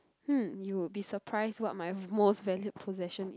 hmm you would be surprised what my most valued possession is